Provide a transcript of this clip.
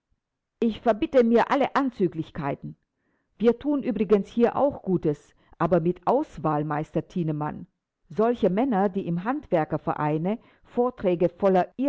ich verbitte mir alle anzüglichkeiten wir thun übrigens hier auch gutes aber mit auswahl meister thienemann solche männer die im handwerkervereine vorträge voller